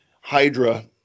Hydra